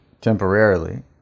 temporarily